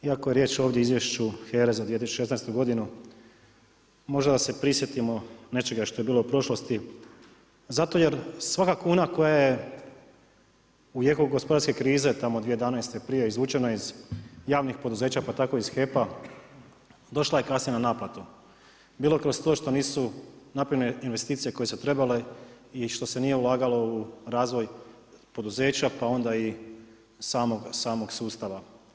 Iako je ovdje riječ ovdje o izvješću HERA-e za 2016. godinu možda se se prisjetimo nečega što je bilo u prošlosti, zato jer svaka kuna koja je u jeku gospodarske krize tamo 2011. prije izvučeno iz javnih poduzeća pa tako iz HEP-a došla je kasnije na naplatu, bilo kroz to što nisu napravljene investicije koje su trebale i što se nije ulagalo u razvoj poduzeća pa onda i samog sustava.